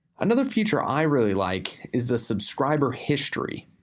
another feature i really like is the subscriber history.